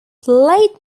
played